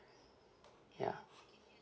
ya